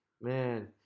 Man